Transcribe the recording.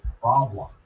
problem